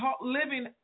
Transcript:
living